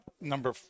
number